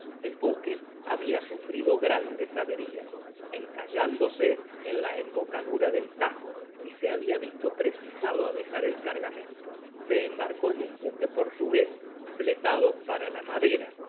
el buque habia sufrido grandes averias encallándose en la embocadura del tajo y se habia visto precisado á dejar el cargamento se embarcó en un buque portugués fletado para la madera